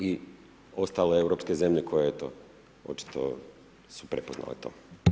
I ostale europske zemlje koje eto očito su prepoznale to.